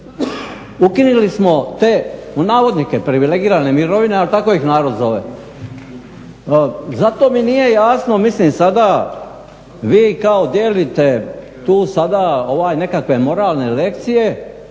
ukinuli smo te "privilegirane" mirovine, ali tako ih narod zove. Zato mi nije jasno mislim sada vi kao dijelite tu sada nekakve moralne lekcije,